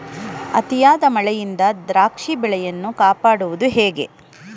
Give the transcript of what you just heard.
ಅತಿಯಾದ ಮಳೆಯಿಂದ ದ್ರಾಕ್ಷಿ ಬೆಳೆಯನ್ನು ಕಾಪಾಡುವುದು ಹೇಗೆ?